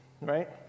right